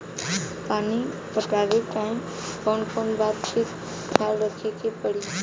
पानी पटावे टाइम कौन कौन बात के ख्याल रखे के पड़ी?